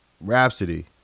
Rhapsody